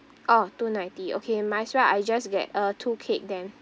orh two ninety okay might as well I just get uh two cake then